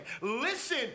Listen